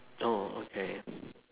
oh okay